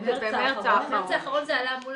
במרץ האחרון זה עלה מול